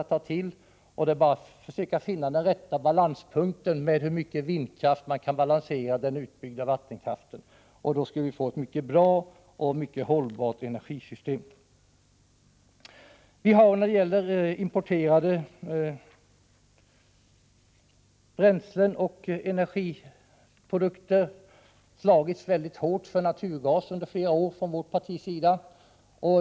Det gäller bara att försöka hitta den rätta balanspunkten. Det gäller alltså att försöka komma fram till hur mycket vindkraft som behövs för att så att säga balansera den utbyggda vattenkraften. Jag menar att vi skulle få ett mycket bra och hållbart energisystem. När det gäller importerade bränslen och energiprodukter har vi i vårt parti under flera år slagits väldigt hårt för naturgasen.